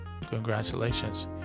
congratulations